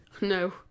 No